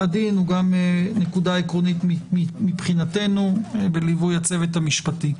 הדין הוא גם נקודה עקרונית מבחינתנו בליווי הצוות המשפטי.